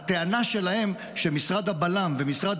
הטענה שלהם היא שהמשרד לביטחון פנים ומשרד